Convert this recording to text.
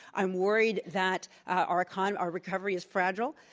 i'm worried that our kind of our recovery is fragile.